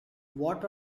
what